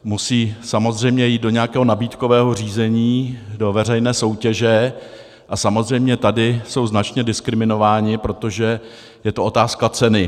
Musí samozřejmě jít do nějakého nabídkového řízení, do veřejné soutěže, a samozřejmě tady jsou značně diskriminovány, protože je to otázka ceny.